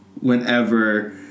whenever